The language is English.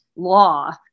law